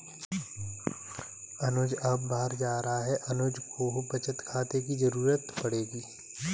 अनुज अब बाहर जा रहा है अनुज को बचत खाते की जरूरत पड़ेगी